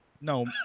No